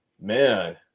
man